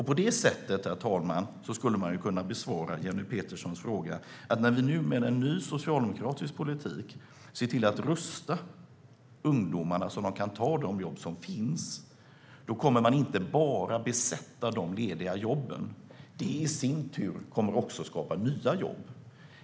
På det sättet, herr talman, går det att besvara Jenny Peterssons fråga att det med hjälp av en ny socialdemokratisk politik går att rusta ungdomarna att ta de jobb som finns. Inte bara de lediga jobben kommer att besättas utan de jobben kommer i sin tur att skapa nya jobb.